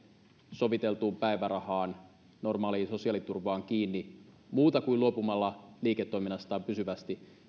soviteltuun päivärahaan normaaliin sosiaaliturvaan kiinni muuten kuin luopumalla liiketoiminnastaan pysyvästi